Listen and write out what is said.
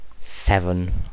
Seven